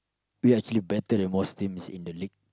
we are still better than most teams in the league